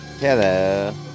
Hello